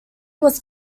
was